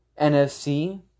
NFC